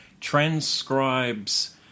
transcribes